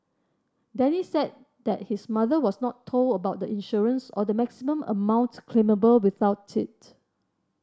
Denny said that his mother was not told about the insurance or the maximum amount claimable without it